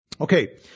Okay